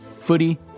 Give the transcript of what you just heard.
Footy